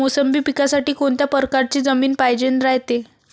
मोसंबी पिकासाठी कोनत्या परकारची जमीन पायजेन रायते?